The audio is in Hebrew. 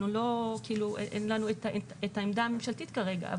אין לנו את העמדה הממשלתית כרגע,